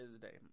today